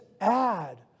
add